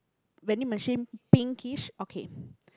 vending machine pinkish okay